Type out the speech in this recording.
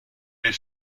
les